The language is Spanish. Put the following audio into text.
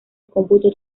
cómputo